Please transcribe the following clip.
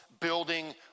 building